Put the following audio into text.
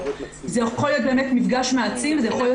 זה יכול להיות באמת מפגש מעצים וזה יכול להיות